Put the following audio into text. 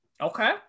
Okay